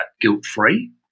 guilt-free